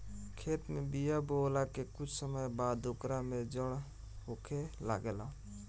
खेत में बिया बोआला के कुछ समय बाद ओकर में जड़ होखे लागेला